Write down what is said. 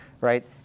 right